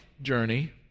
journey